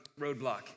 roadblock